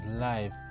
life